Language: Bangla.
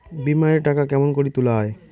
বিমা এর টাকা কেমন করি তুলা য়ায়?